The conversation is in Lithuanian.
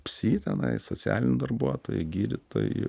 psi tenai socialiniai darbuotojai gydytojai